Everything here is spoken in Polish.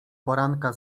poranka